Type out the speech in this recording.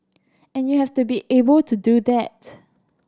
and you have to be able to do that